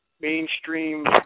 mainstream